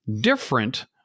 different